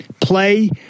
Play